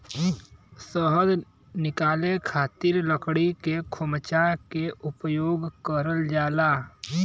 शहद निकाले खातिर लकड़ी के खोमचा के उपयोग करल जाला